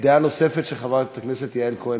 דעה נוספת, של יעל כהן-פארן.